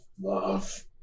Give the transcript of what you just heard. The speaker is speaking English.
love